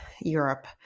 Europe